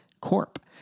corp